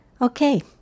Okay